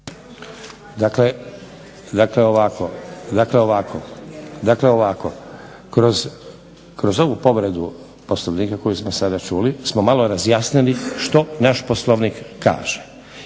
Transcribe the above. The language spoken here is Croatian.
Dakle, ovako. Kroz ovu povredu Poslovnika koju smo sada čuli smo malo razjasnili što naš Poslovnik kaže